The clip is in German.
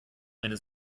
eine